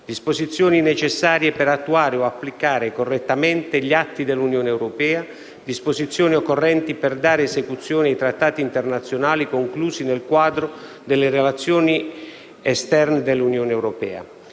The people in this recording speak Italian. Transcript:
disposizioni necessarie per attuare o applicare correttamente gli atti dell'Unione europea; disposizioni occorrenti per dare esecuzione ai trattati internazionali conclusi nel quadro delle relazioni esterne dell'Unione europea.